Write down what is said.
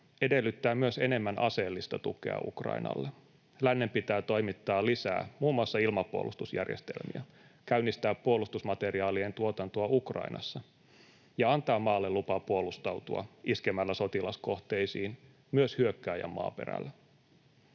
edellyttää myös enemmän aseellista tukea Ukrainalle. Lännen pitää toimittaa lisää muun muassa ilmapuolustusjärjestelmiä, käynnistää puolustusmateriaalien tuotantoa Ukrainassa ja antaa maalle lupa puolustautua iskemällä sotilaskohteisiin myös hyökkääjän maaperällä.